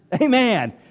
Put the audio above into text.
amen